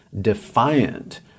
defiant